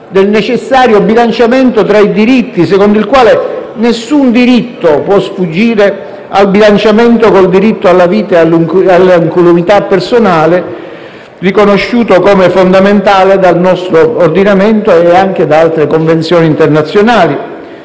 del necessario bilanciamento tra i diritti, secondo il quale nessun diritto può sfuggire al bilanciamento con il diritto alla vita e all'incolumità personale, riconosciuto come fondamentale dal nostro ordinamento e anche da altre convenzioni internazionali.